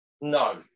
No